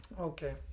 okay